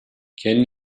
can